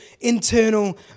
internal